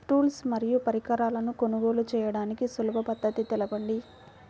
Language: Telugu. టూల్స్ మరియు పరికరాలను కొనుగోలు చేయడానికి సులభ పద్దతి తెలపండి?